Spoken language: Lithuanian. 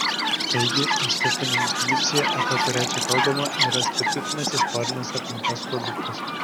taigi estetinė intuicija apie kurią čia kalbama yra specifinės istorinės aplinkos produktas